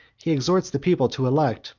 he exhorts the people to elect,